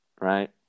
right